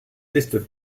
listed